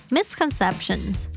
Misconceptions